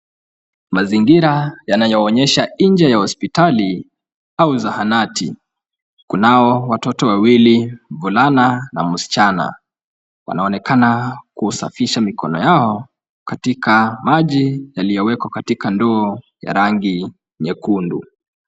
Mazingira yanayoonyesha nje ya hospitali au zahanati. Kunao watoto wawili mvulana na msichana. Wanaonekana kusafisha mikono yao, katika maji yaliyowekwa katika ndoo ya rangi nyekundu.